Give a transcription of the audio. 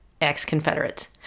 ex-Confederates